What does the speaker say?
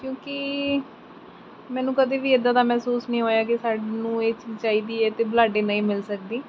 ਕਿਉਂਕਿ ਮੈਨੂੰ ਕਦੇ ਵੀ ਇੱਦਾਂ ਦਾ ਮਹਿਸੂਸ ਨਹੀਂ ਹੋਇਆ ਕਿ ਸਾਨੂੰ ਇਹ ਚੀਜ਼ ਚਾਹੀਦੀ ਹੈ ਅਤੇ ਬੁਲਾਡੇ ਨਹੀਂ ਮਿਲ ਸਕਦੀ